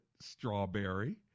strawberry